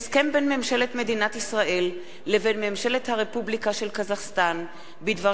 הסכם בין ממשלת מדינת ישראל לבין ממשלת הרפובליקה של קזחסטן בדבר